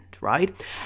right